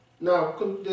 Now